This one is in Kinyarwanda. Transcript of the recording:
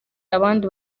abandi